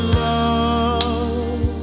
love